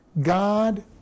God